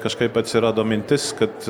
kažkaip atsirado mintis kad